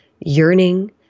yearning